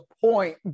point